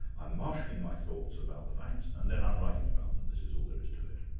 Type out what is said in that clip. i'm marshalling my thoughts about the facts, and then i'm writing about them. this is all there is to it.